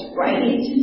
right